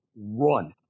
run